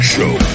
Show